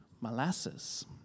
molasses